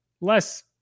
less